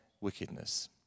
wickedness